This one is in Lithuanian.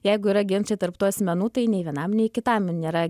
jeigu yra ginčai tarp tų asmenų tai nei vienam nei kitam nėra